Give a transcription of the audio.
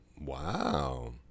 Wow